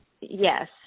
yes